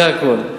זה הכול.